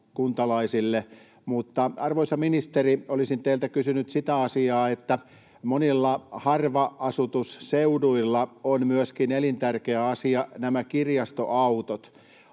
mutta, arvoisa ministeri, olisin teiltä kysynyt siitä asiasta, että monilla harva-asutusseuduilla myöskin kirjastoautot